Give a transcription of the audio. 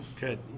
Good